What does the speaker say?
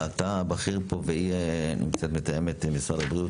אתה הבכיר כרגע פה והיא מתאמת משרד הבריאות.